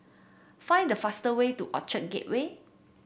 find the fastest way to Orchard Gateway